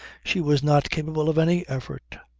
she was not capable of any effort.